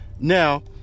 Now